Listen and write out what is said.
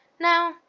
now